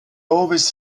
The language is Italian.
ovest